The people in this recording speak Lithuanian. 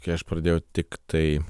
kai aš pradėjau tiktai